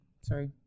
Sorry